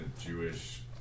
Jewish